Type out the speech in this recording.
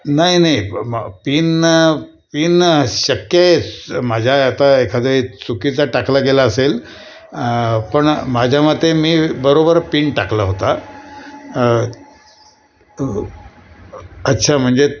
नाही नाही PIN PIN शक्य आहे माझ्या आता एखादं चुकीचा टाकला गेला असेल पण माझ्या मते मी बरोबर पिन टाकला होता अच्छा म्हणजे